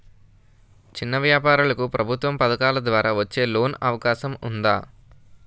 చిన్న వ్యాపారాలకు ప్రభుత్వం పథకాల ద్వారా వచ్చే లోన్ అవకాశం ఉందా?